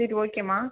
சரி ஓகேம்மா